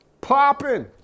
popping